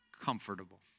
comfortable